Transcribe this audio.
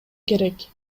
керек